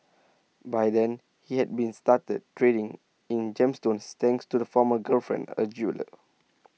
by then he had been started trading in gemstones thanks to the former girlfriend A jeweller